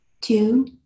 two